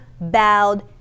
bowed